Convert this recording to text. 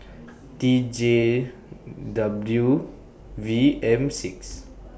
T J W V M six